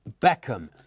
Beckham